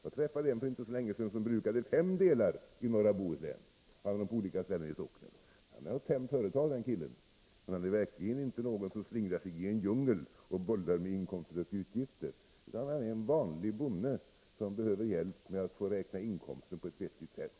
Jag träffade för inte så länge sedan en man som brukade fem delar i norra Bohuslän — på olika ställen i socknen. Han har fem företag, den killen. Men han är verkligen inte någon som slingrar sig i en djungel och bollar med inkomster och utgifter, utan han är en vanlig bonde som behöver hjälp med att räkna inkomster på ett vettigt sätt.